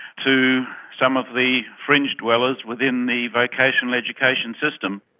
to some of the fringe dwellers within the vocational education system.